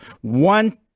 one